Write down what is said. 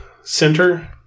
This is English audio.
center